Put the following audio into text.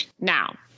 Now